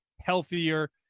healthier